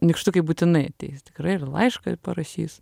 nykštukai būtinai ateis tikrai ir laišką parašys